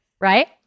right